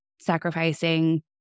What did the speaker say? sacrificing